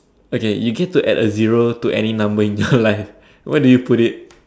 okay you get to add a zero to any number in your life where do you put it